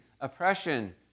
oppression